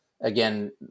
again